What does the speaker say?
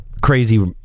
crazy